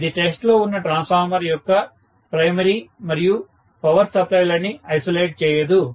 ఇది టెస్ట్ లో వున్న ట్రాన్స్ఫార్మర్ యొక్క ప్రైమరీ మరియు పవర్ సప్లై లని ఐసోలేట్ చేయదు